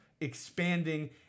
expanding